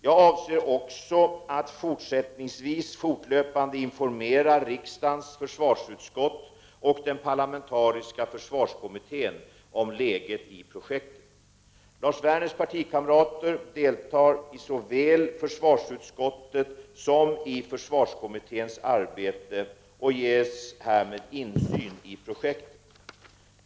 Jag avser också att fortsättningsvis fortlöpande informera riksdagens försvarsutskott och den parlamentariska försvarskommittén om läget i projektet. Lars Werners partikamrater deltar såväl i försvarsutskottets som i försvarskommitténs arbete och ges härmed insyn i projektet.